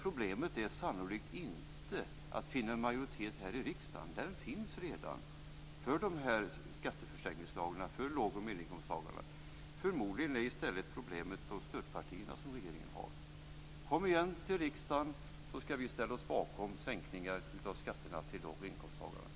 Problemet är sannolikt inte att finna en majoritet här i riksdagen. En sådan finns redan för de här skattesänkningsförslagen för låg och medelinkomsttagare. Problemet är förmodligen i stället de stödpartier som regeringen har. Kom igen till riksdagen, så skall vi ställa oss bakom sänkningar av skatterna på låg och medelinkomsttagarna!